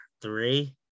three